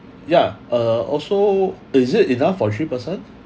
yeah uh also is it enough for three person